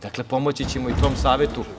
Dakle, pomoći ćemo i tom savetu…